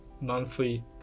monthly